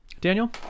Daniel